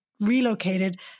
relocated